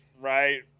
right